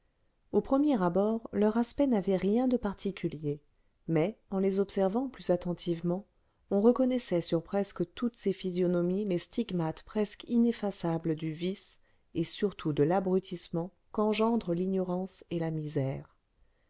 au premier abord leur aspect n'avait rien de particulier mais en les observant plus attentivement on reconnaissait sur presque toutes ces physionomies les stigmates presque ineffaçables du vice et surtout de l'abrutissement qu'engendrent l'ignorance et la misère